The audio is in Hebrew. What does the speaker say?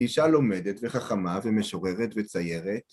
אישה לומדת וחכמה ומשוררת וציירת.